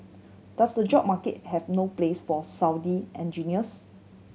does the job market have no place for Saudi engineers